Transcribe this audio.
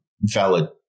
valid –